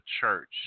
church